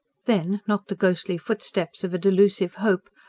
then, not the ghostly footsteps of a delusive hope,